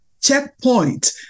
checkpoint